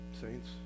saints